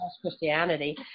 Christianity